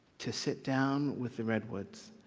to sit down with the redwoods,